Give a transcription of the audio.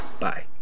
Bye